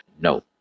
No